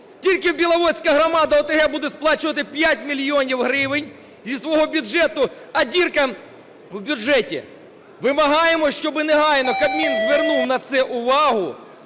Тільки Біловодська громада ОТГ буде сплачувати 5 мільйонів гривень зі свого бюджету, а дірка в бюджеті. Вимагаємо, щоб негайно Кабмін звернув на це увагу